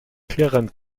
klirrend